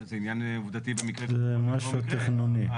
זה משהו תכנוני.